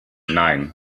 nein